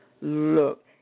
look